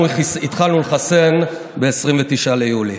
אנחנו התחלנו לחסן ב-29 ביולי.